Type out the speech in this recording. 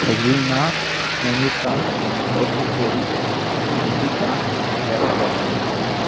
Praveena Punitha Lokeshwari Nikitha Devadarshini